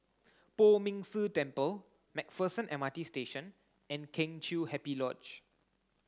Poh Ming Tse Temple MacPherson M R T Station and Kheng Chiu Happy Lodge